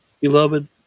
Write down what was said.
Beloved